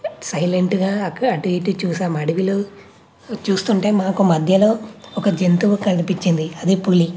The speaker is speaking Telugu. సైలెంట్గా అక అటు ఇటు చూసాం అడవిలో చూస్తుంటే మాకు మధ్యలో ఒక జంతువు కనిపించింది అది పులి